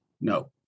No